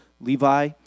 Levi